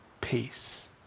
peace